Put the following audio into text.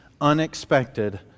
unexpected